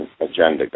agenda